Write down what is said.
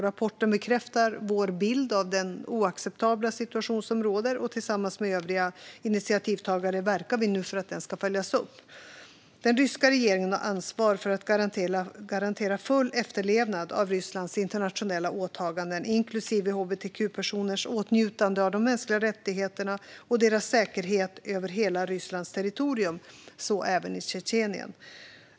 Rapporten bekräftar vår bild av den oacceptabla situation som råder, och tillsammans med övriga initiativtagare verkar vi nu för att den ska följas upp. Den ryska regeringen har ansvar för att garantera full efterlevnad av Rysslands internationella åtaganden, inklusive hbtq-personers åtnjutande av de mänskliga rättigheterna och deras säkerhet över hela Rysslands territorium, så även i Tjetjenien.